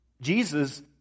Jesus